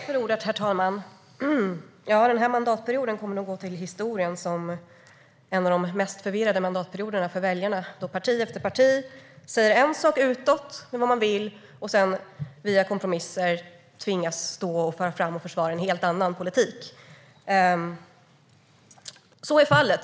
Herr talman! Den här mandatperioden kommer nog att gå till historien som en av de mest förvirrande för väljarna. Parti efter parti säger en sak utåt om vad de vill, och sedan tvingas de efter kompromisser stå och föra fram och försvara en helt annan politik. Så är fallet.